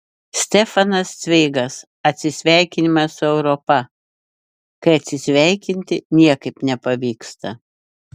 stefanas cveigas atsisveikinimas su europa kai atsisveikinti niekaip nepavyksta